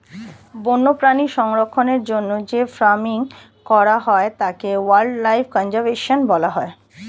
বন্যপ্রাণী সংরক্ষণের জন্য যে ফার্মিং করা হয় তাকে ওয়াইল্ড লাইফ কনজার্ভেশন বলা হয়